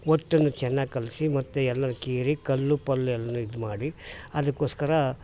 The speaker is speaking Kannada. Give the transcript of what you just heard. ಹೊಟ್ಟನ್ ಚೆನ್ನಾಗಿ ಕಲಸಿ ಮತ್ತು ಎಲ್ಲ ಕೇರಿ ಕಲ್ಲು ಪಲ್ಲು ಎಲ್ಲನೂ ಇದುಮಾಡಿ ಅದಕ್ಕೋಸ್ಕರ